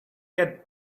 get